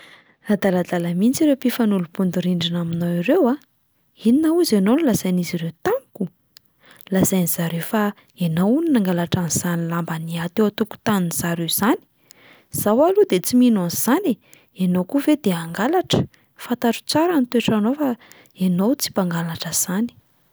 ”Adaladala mihintsy ireo mpifanolo-bodirindrina aminao ireo! Inona hozy ianao no nolazain’izy ireo tamiko? Lazain'zareo fa ianao hono nangalatra an'izany lamba niaha teo an-tokontanin'zareo izany, izaho aloha de tsy mino an'izany e, ianao koa ve de hangalatra? Fantatro tsara ny toetranao fa ianao tsy mpangalatra izany."